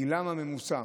גילם הממוצע